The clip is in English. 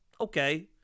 Okay